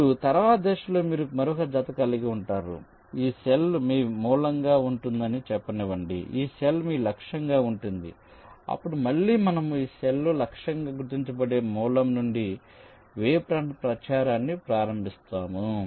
ఇప్పుడు తరువాతి దశలో మీరు మరొక జత కలిగి ఉంటారు ఈ సెల్ మీ మూలంగా ఉంటుందని చెప్పనివ్వండి ఈ సెల్ మీ లక్ష్యంగా ఉంటుంది అప్పుడు మళ్ళీ మనము ఈ సెల్ లు లక్ష్యంగా గుర్తించబడే మూలం నుండి వేవ్ ఫ్రంట్ ప్రచారాన్ని ప్రారంభిస్తాము